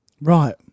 right